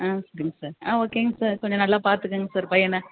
ஆ சரிங்க சார் ஆ ஓகேங்க சார் கொஞ்சம் நல்லா பார்த்துக்கங்க சார் பையனை